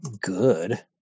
good